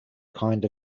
kind